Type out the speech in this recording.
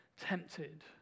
tempted